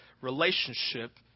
relationship